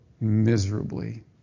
miserably